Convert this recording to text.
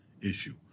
issue